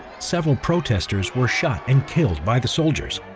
several protesters were shot and killed by the soldiers,